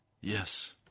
Yes